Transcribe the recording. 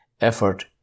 effort